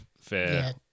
fair